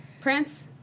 Prince